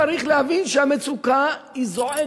צריך להבין שהמצוקה זועקת.